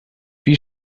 wie